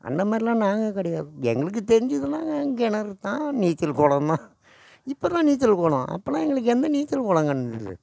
அந்த மாதிரிலாம் நாங்கள் கிடையாது எங்களுக்கு தெரிஞ்சதெலாம் கிணறு தான் நீச்சல் குளம்தான் இப்போ தான் நீச்சல் குளம் அப்போல்லாம் எங்களுக்கு எந்த நீச்சல் குளம் கண்டது